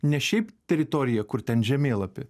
ne šiaip teritorija kur ten žemėlapį